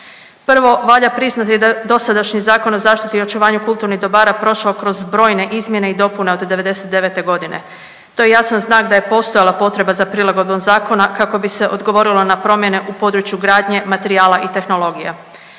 Prvo valja priznati da dosadašnji Zakon o zaštiti i očuvanju kulturnih dobara prošao kroz brojne izmjene i dopune od '99. godine. To je jasan znak da je postojala potreba za prilagodbom zakona kako bi se odgovorilo na promjene u području gradnje, materijala i tehnologija.